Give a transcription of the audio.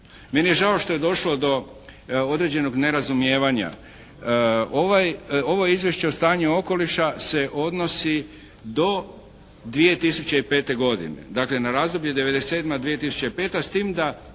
Meni je žao što je došlo do određenog nerazumijevanja. Ovo izvješće o stanju okoliša se odnosi do 2005. godine, dakle na razdoblje '97., 2005. s tim da